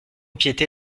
piété